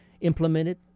implemented